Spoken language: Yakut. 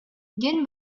диэн